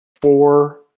four